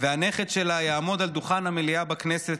והנכד שלה יעמוד על דוכן המליאה בכנסת,